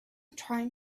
trying